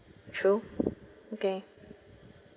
true okay